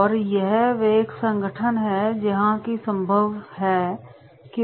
या वे एक ही संगठन से हैं तो यह भी संभव है कि